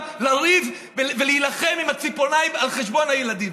לריב ולהילחם עם הציפורניים על חשבון הילדים.